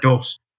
dust